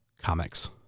comics